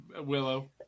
Willow